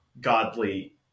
godly